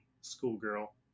schoolgirl